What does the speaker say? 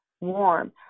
warm